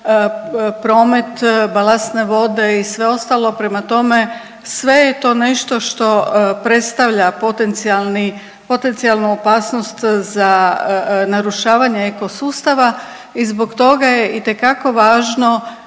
promet, balastne vode i sve ostalo. Prema tome sve je to nešto što predstavlja potencijalni, potencijalnu opasnost za narušavanje ekosustava i zbog toga je itekako važno